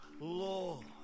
Lord